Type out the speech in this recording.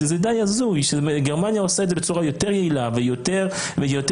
שזה די הזוי שגרמניה עושה את זה בצורה יותר יעילה ויותר מעמיקה.